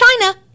China